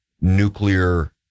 nuclear